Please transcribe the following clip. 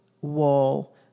wall